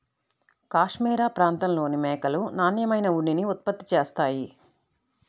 cashmere ప్రాంతంలోని మేకలు నాణ్యమైన ఉన్నిని ఉత్పత్తి చేస్తాయి